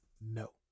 No